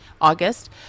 August